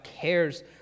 cares